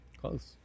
Close